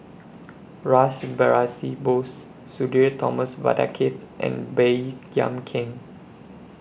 Rash Behari Bose Sudhir Thomas Vadaketh and Baey Yam Keng